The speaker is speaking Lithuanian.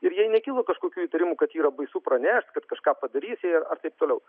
ir jai nekilo kažkokių įtarimų kad yra baisu pranešt kad kažką padarys jai ar taip toliau